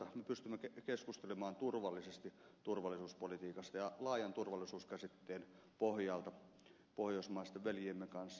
me pystymme keskustelemaan turvallisesti turvallisuuspolitiikasta ja laajan turvallisuuskäsitteen pohjalta pohjoismaisten veljiemme kanssa